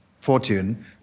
fortune